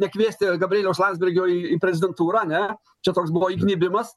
nekviesti gabrieliaus landsbergio į prezidentūrą ne čia toks buvo įgnybimas